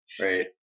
Right